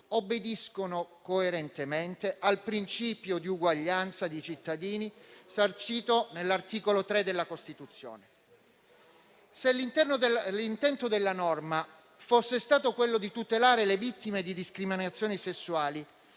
obbediscono coerentemente al principio di uguaglianza dei cittadini sancito nell'articolo 3 della Costituzione. Se l'intento della legge fosse stato quello di tutelare le vittime di discriminazioni sessuali,